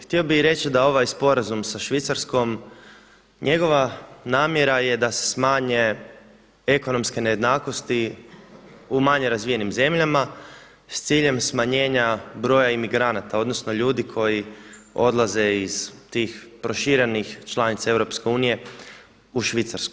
Htio bih reći da ovaj sporazum sa Švicarskom, njegova namjera je da se smanje ekonomske nejednakosti u manje razvijenim zemljama s ciljem smanjenja broja imigranata, odnosno ljudi koji odlaze iz tih proširenih članica EU u Švicarsku.